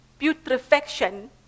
putrefaction